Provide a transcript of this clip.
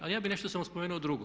Ali ja bih nešto samo spomenuo drugo.